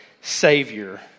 savior